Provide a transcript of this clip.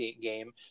game